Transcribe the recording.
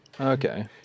Okay